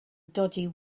dodgy